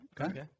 Okay